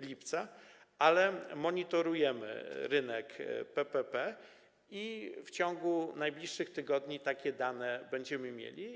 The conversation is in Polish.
lipca - ale monitorujemy rynek PPP i w ciągu najbliższych tygodni takie dane będziemy mieli.